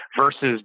versus